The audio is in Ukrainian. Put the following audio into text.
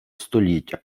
століття